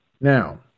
Now